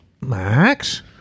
Max